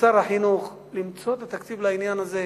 לשר החינוך למצוא תקציב לעניין הזה.